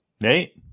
Nate